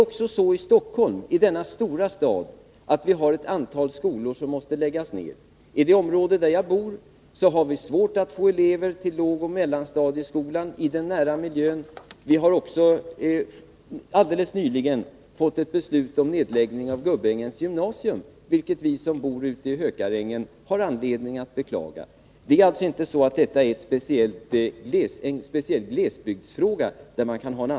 Också här i Stockholm, i denna stora stad, har vi ett antal skolor som måste läggas ner. I det område där jag bor har vi svårt att få elever till lågoch mellanstadieskolan i den nära miljön. Vi har också alldeles nyligen fått veta att man fattat beslut om nedläggning av Gubbängens gymnasium, vilket vi som bor i Hökarängen har anledning att beklaga. Det är alltså inte så, att detta är en speciell glesbygdsfråga.